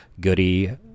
Goody